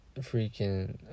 freaking